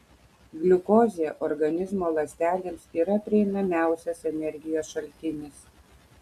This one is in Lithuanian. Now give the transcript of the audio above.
gliukozė organizmo ląstelėms yra prieinamiausias energijos šaltinis